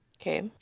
okay